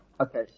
Okay